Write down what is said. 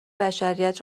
بشریت